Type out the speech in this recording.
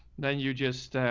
then you just,